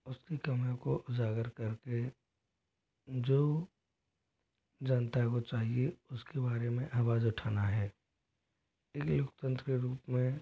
उसकी कमियों को उजागर करके जो जनता को चाहिए उसके बारे में आवाज उठाना है इसीलिए लोकतंत्र के रूप में